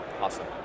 Awesome